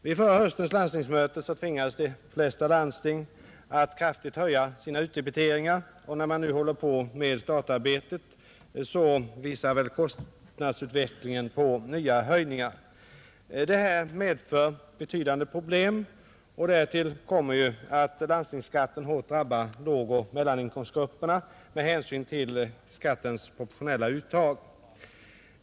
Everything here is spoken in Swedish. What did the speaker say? Vid förra höstens landstingsmöte tvingades de flesta landsting att kraftigt höja sina utdebiteringar, och när man nu håller på med statarbetet visar kostnadsutvecklingen på nya höjningar. Det här medför betydande problem, och därtill kommer att landstingsskatten hårt drabbar lågoch mellaninkomstgrupperna på grund av skattens proportionella uttag.